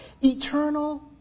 eternal